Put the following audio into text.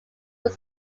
was